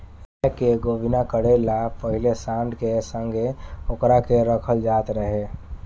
गाय के गोभिना करे ला पाहिले सांड के संघे ओकरा के रखल जात रहे